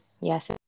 Yes